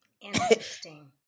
Interesting